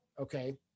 Okay